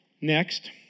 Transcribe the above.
Next